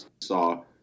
saw